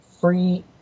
free